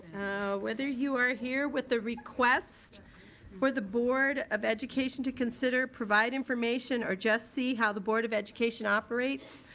whether you are here with a request for the board of education to consider, provide information or jus see how the board of education operates,